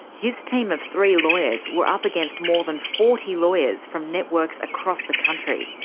his team of three lawyers were up against more than forty lawyers from networks across the country.